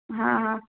हा हा